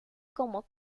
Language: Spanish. como